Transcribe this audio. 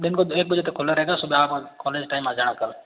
दिन को एक बजे तक खुला रहेगा सुबह आप कॉलेज टाइम आ जाना कल